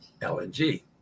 LNG